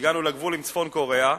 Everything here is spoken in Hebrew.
והגענו לגבול עם צפון-קוריאה.